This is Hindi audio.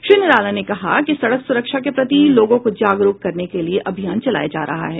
श्री निराला ने कहा कि सड़क सुरक्षा के प्रति लोगों को जागरूक करने के लिए अभियान चलाया जा रहा है